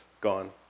gone